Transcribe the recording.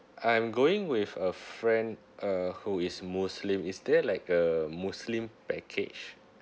I'm going with a friend uh who is muslim is there like a muslim package